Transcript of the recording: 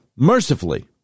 Mercifully